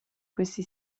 questi